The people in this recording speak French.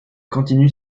continue